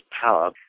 power